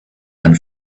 and